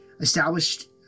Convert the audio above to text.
Established